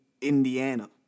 Indiana